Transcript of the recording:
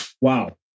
Wow